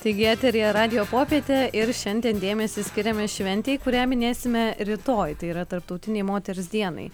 taigi eteryje radijo popietė ir šiandien dėmesį skiriame šventei kurią minėsime rytoj tai yra tarptautinei moters dienai